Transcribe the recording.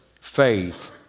faith